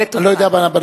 אני לא יודע על הנצרות,